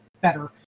better